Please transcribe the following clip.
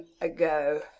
ago